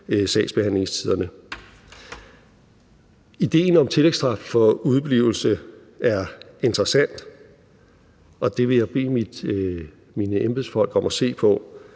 sagsbehandlingstiderne. Ideen om tillægsstraf for udeblivelse er interessant, og det vil jeg bede mine embedsfolk om at se på